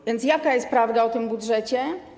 A więc jaka jest prawda o tym budżecie?